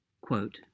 Quote